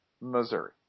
Missouri